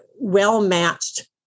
well-matched